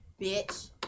bitch